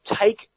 take